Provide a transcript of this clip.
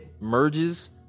merges